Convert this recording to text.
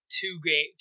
two-game